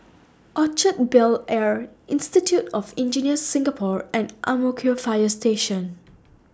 Orchard Bel Air Institute of Engineers Singapore and Ang Mo Kio Fire Station